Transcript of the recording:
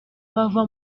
bava